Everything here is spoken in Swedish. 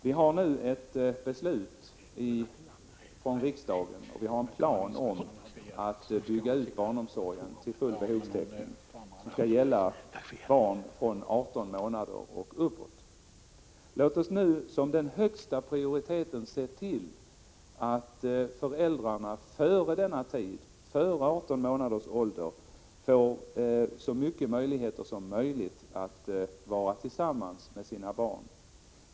Vi har redan nu ett beslut från riksdagen och vi har en plan om att bygga ut barnomsorgen till full behovstäckning vad gäller barn från 18 månader och uppåt. Låt oss nu ge den högsta prioriteten åt uppgiften att se till att föräldrarna får så stora förutsättningar som möjligt att vara tillsammans med sina barn under deras första tid, upp till 18 månaders ålder.